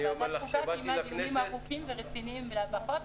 ועדת חוקה קיימה דיונים ארוכים ורציניים לא פחות,